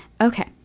Okay